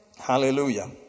Hallelujah